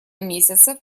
месяцев